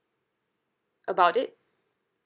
about it